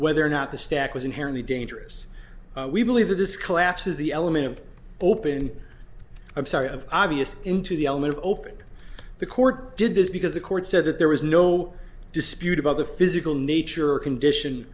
whether or not the stack was inherently dangerous we believe that this collapse is the element of open i'm sorry of obvious into the element of open the court did this because the court said that there was no dispute about the physical nature or condition